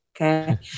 okay